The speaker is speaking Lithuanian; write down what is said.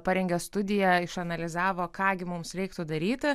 parengė studiją išanalizavo ką gi mums reiktų daryti